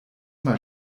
mal